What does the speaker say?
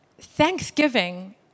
thanksgiving